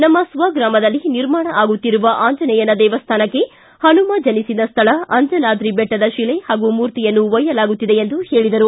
ನಮ್ಮ ಸ್ವತ್ರಾಮದಲ್ಲಿ ನಿರ್ಮಾಣ ಆಗುತ್ತಿರುವ ಆಂಜನೇಯನ ದೇವಸ್ಥಾನಕ್ಕೆ ಪನುಮ ಜನಿಸಿದ ಸ್ಥಳ ಅಂಜನಾದ್ರಿ ಬೆಟ್ಟದ ಶಿಲೆ ಹಾಗೂ ಮೂರ್ತಿಯನ್ನು ಒಯ್ಯಲಾಗುತ್ತಿದೆ ಎಂದು ಹೇಳಿದರು